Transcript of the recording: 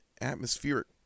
atmospheric